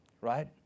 right